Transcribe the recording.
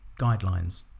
guidelines